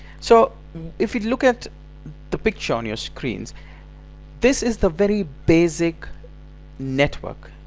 so if you look at the picture on your screens this is the very basic network!